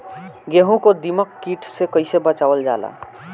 गेहूँ को दिमक किट से कइसे बचावल जाला?